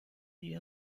die